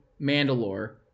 mandalore